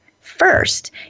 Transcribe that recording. first